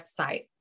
website